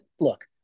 look